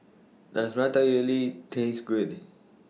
Does Ratatouille Taste Good